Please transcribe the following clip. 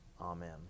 Amen